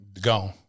gone